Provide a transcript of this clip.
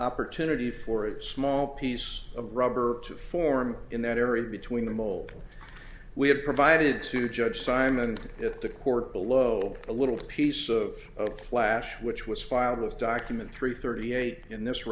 opportunity for a small piece of rubber to form in that area between the mole we have provided to judge simon and the court below a little piece of flash which was filed with document three thirty eight in this